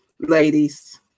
Ladies